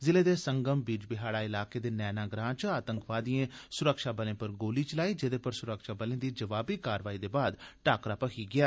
जिले दे संगम बीजबिहाड़ा इलाके दे नैना ग्रां च आतंकवादिएं सुरक्षा बलें पर गोली चलाई जेह्दे परैंत सुरक्षाबलें दी जवाबी कारवाई दे बाद टाकरा भखी गेआ